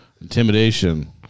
intimidation